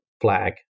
flag